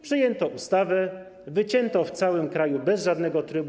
Przyjęto ustawę, wycięto w całym kraju bez żadnego trybu.